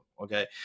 Okay